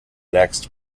next